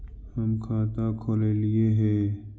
हम खाता खोलैलिये हे?